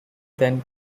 than